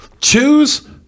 choose